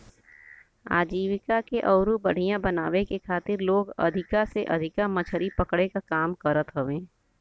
आजीविका के अउरी बढ़ियां बनावे के खातिर लोग अधिका से अधिका मछरी पकड़े क काम करत हवे